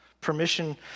permission